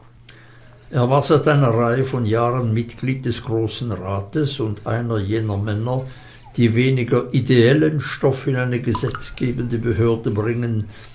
er war seit einer reihe von jahren mitglied des großen rates und einer jener männer die weniger ideellen stoff in eine gesetzgebende behörde bringen